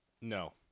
No